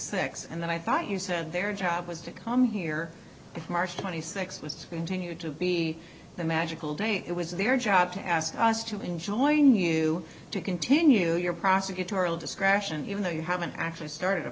six and then i thought you said their job was to come here march twenty sixth was to continue to be the magical day it was their job to ask us to enjoin you to continue your prosecutorial discretion even though you haven't actually started a